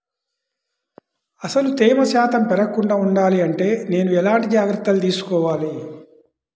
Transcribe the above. అసలు తేమ శాతం పెరగకుండా వుండాలి అంటే నేను ఎలాంటి జాగ్రత్తలు తీసుకోవాలి?